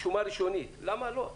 למה לא?